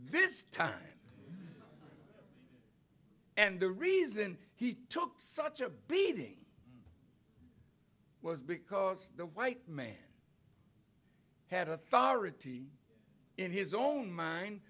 this time and the reason he took such a breeding was because the white man had authority in his own mind